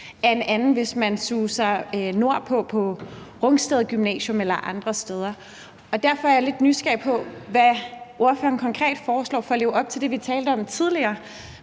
en anden, end hvis man suser nordpå til Rungsted Gymnasium eller andre steder. Derfor er jeg lidt nysgerrig på, hvad ordføreren konkret foreslår for at leve op til det, vi talte om tidligere,